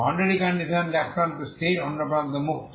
boundary conditions এক প্রান্ত স্থির অন্য প্রান্ত মুক্ত